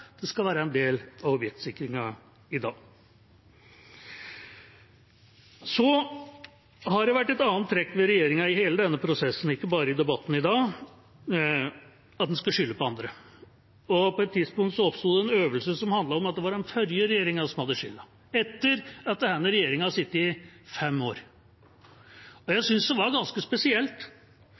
det skal være en del av objektsikringen i dag. Det har også vært et annet trekk ved regjeringa i hele denne prosessen, ikke bare i debatten i dag: at en skal skylde på andre. På et tidspunkt oppsto det en øvelse som handlet om at det var den forrige regjeringa som hadde skylden – etter at denne regjeringa hadde sittet i fem år. Jeg synes det var ganske spesielt